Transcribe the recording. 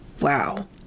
wow